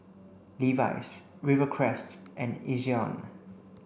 Levi's Rivercrest and Ezion